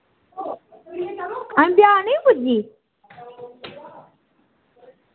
पुज्जी